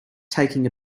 taking